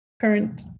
current